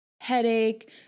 headache